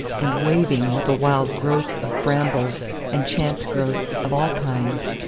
and waving with a wild growth of brambles and chance growths of all kinds.